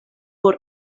por